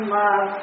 love